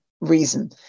reason